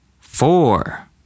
four